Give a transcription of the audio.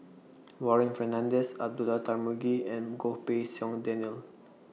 Warren Fernandez Abdullah Tarmugi and Goh Pei Siong Daniel